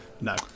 No